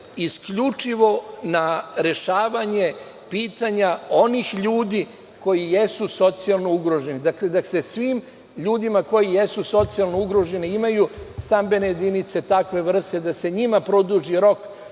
isključivo na rešavanje pitanja onih ljudi koji jesu socijalno ugroženi. Dakle, da se svim ljudima koji jesu socijalno ugroženi imaju stambene jedinice takve vrste, da se njima produži rok,